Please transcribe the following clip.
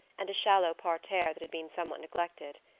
and a shallow parterre that had been somewhat neglected.